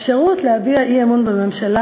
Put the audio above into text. האפשרות להביע אי-אמון בממשלה